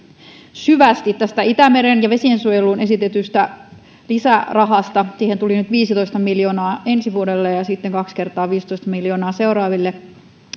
syvästi tästä itämeren ja vesien suojeluun esitetystä lisärahasta siihen tuli nyt viisitoista miljoonaa ensi vuodelle ja ja sitten kaksi kertaa viisitoista miljoonaa seuraaville